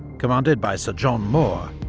commanded by sir john moore,